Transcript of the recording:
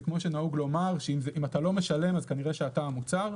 זה כמו שנהוג לומר: אם אתה לא משלם אז כנראה שאתה המוצר.